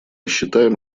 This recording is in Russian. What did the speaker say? считаем